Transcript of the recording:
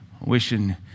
wishing